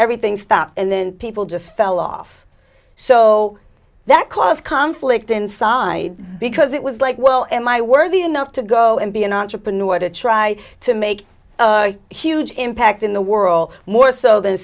everything stopped and then people just fell off so that cause conflict inside because it was like well in my worthy enough to go and be an entrepreneur to try to make a huge impact in the world more so than